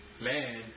man